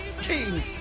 king